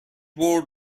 برد